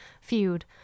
feud